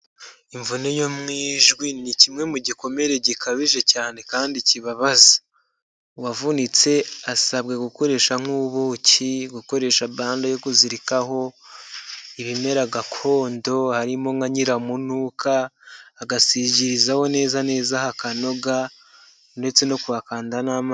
Imvune yo mu ijwi, ni kimwe mu gikomere gikabije cyane kandi kibabaza, uwavunitse asabwa gukoresha nk'ubuki, gukoresha bande yo kuzirikaho, ibimera gakondo harimo nka nyiramunuka, agasingirizaho neza neza hakanoga ndetse no kuhakanda n'amazi.